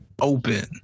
open